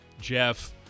Jeff